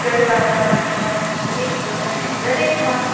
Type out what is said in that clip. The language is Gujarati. ગરબા ગાવાનો તરીકો લહેણ દરેકમાં